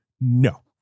no